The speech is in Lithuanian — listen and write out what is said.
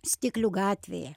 stiklių gatvėje